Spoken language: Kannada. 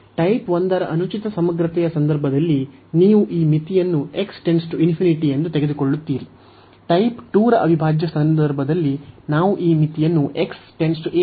ಟೈಪ್ 1 ರ ಅನುಚಿತ ಸಮಗ್ರತೆಯ ಸಂದರ್ಭದಲ್ಲಿ ನೀವು ಈ ಮಿತಿಯನ್ನು ಎಂದು ತೆಗೆದುಕೊಳ್ಳುತ್ತೀರಿ ಟೈಪ್ 2 ರ ಅವಿಭಾಜ್ಯ ಸಂದರ್ಭದಲ್ಲಿ ನಾವು ಈ ಮಿತಿಯನ್ನು ಎಂದು ಪರಿಗಣಿಸುತ್ತೇವೆ